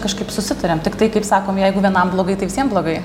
kažkaip susitariam tiktai kaip sakom jeigu vienam blogai tai visiem blogai